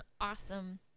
awesome